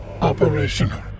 operational